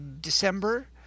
December